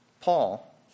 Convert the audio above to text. Paul